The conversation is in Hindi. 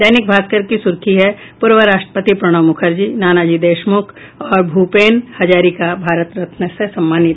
दैनिक भास्कर की सुर्खी है पूर्व राष्ट्रपति प्रणब मुखर्जी नानाजी देशमुख और भूपेन हजारिका भारत रत्न से सम्मानित